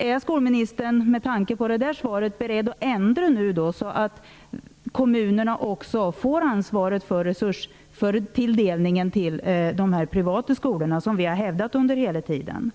Är skolministern, med tanke på det svaret, beredd att nu föreslå den ändring som vi hela tiden har hävdat är nödvändig, så att kommunerna också får ansvaret för resurstilldelningen till de privata skolorna? Det är